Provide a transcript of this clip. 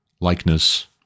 likeness